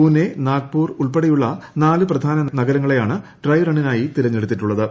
പൂനെ നാഗ്പൂർ ഉൾപ്പെട്ടെയുളള നാല് പ്രധാന നഗരങ്ങളെയാണ് ഡ്രൈ റണ്ണിനായി തെർത്ത്തടുത്തിട്ടുളളത്